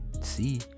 See